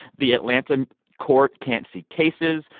the atlanta court can't see cases.